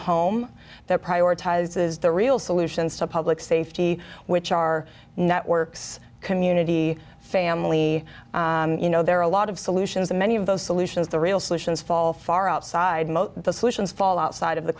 home that prioritizes the real solutions to public safety which are networks community family you know there are a lot of solutions and many of those solutions the real solutions fall far outside the solutions fall outside of the